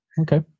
Okay